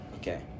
Okay